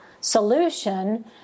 solution